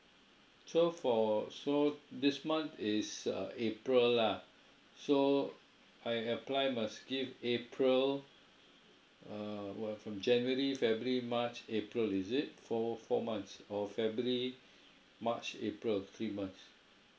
so for so this month is uh april lah so I apply must give april err what from january february march april is it four four months or february march april three months